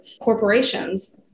corporations